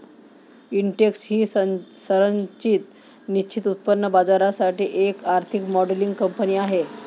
Intex ही संरचित निश्चित उत्पन्न बाजारासाठी एक आर्थिक मॉडेलिंग कंपनी आहे